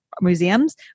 museums